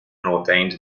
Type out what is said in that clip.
ordained